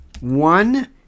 One